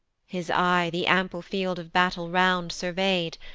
his eye the ample field of battle round survey'd,